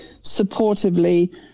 supportively